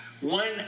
one